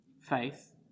Faith